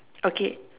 okay